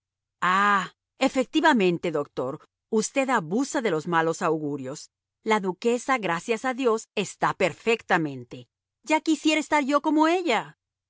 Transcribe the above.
efectivamente doctor usted abusa de los malos augurios la duquesa gracias a dios está perfectamente ya quisiera estar yo como ella